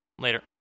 Later